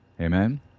Amen